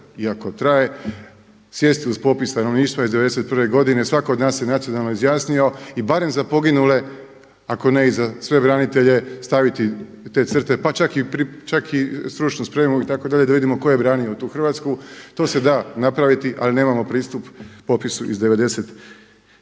iako traje sjesti uz popis stanovništva iz 91. godine, svatko od nas se nacionalno izjasnio i barem za poginule ako ne i za sve branitelje staviti te crte pa čak i stručnu spremu itd. da vidimo tko je branio tu Hrvatsku. To se da napraviti ali nemamo pristup popisu iz 91.